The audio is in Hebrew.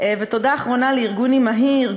תודה לשרת המשפטים איילת